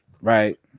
Right